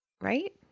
right